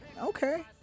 Okay